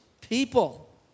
people